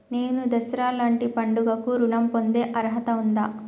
నేను దసరా లాంటి పండుగ కు ఋణం పొందే అర్హత ఉందా?